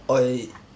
oh he did